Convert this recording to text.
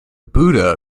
buddha